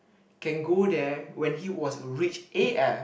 can go there when he was rich A_F